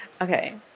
Okay